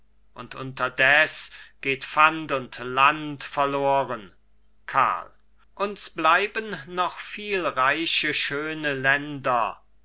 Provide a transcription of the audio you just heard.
und unterdes geht pfand und land verloren karl uns bleiben noch viel reiche schöne länder